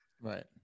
Right